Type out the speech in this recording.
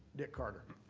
dick carter